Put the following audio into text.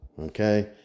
okay